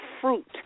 fruit